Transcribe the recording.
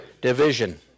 Division